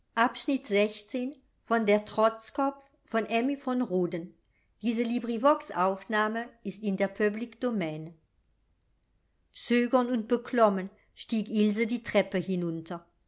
zögernd und beklommen stieg ilse die treppe hinunter